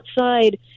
outside